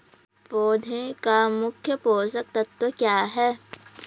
पौधें का मुख्य पोषक तत्व क्या है?